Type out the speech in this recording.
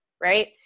right